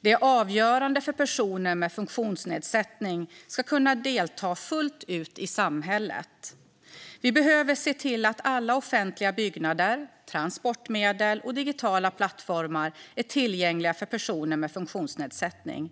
Det är avgörande för att personer med funktionsnedsättning ska kunna delta i samhället fullt ut. Vi behöver se till att alla offentliga byggnader, transportmedel och digitala plattformar är tillgängliga för personer med funktionsnedsättning.